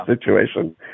situation